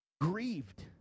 grieved